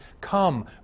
come